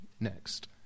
next